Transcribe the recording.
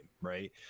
right